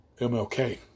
MLK